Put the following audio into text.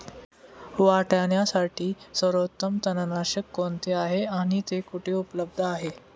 वाटाण्यासाठी सर्वोत्तम तणनाशक कोणते आहे आणि ते कुठे उपलब्ध आहे?